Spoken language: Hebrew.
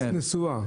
מס נסועה.